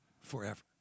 forever